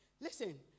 Listen